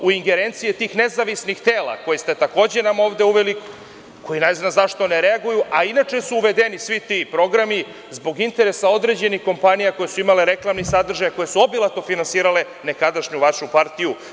U ingerenciji je tih nezavisnih tela koje ste nam takođe ovde uveli, koji ne znam zašto ne reaguju, a inače su uvedeni svi ti programi zbog interesa određenih kompanija koje su imale reklamni sadržaj, koje su obilato finansirale nekadašnju vašu partiju.